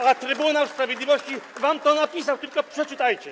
A Trybunał Sprawiedliwości wam to napisał, tylko przeczytajcie.